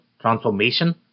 transformation